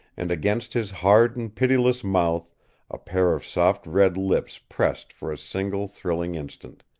and against his hard and pitiless mouth a pair of soft red lips pressed for a single thrilling instant.